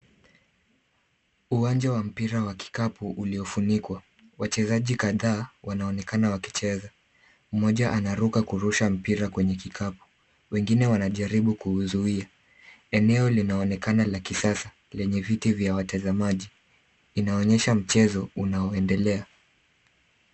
Uwanja wa mpira wa kikapu uliofunikwa. Wachezaji kadhaa wanaonekana wakicheza, mmoja anaruka kurusha mpira kwenye kikapu, wengine wanajaribu kuuzuia. Eneo linaonekana la kisasa lenye viti vya watazamaji, inaonyesha mchezo unaoendelea.